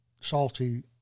salty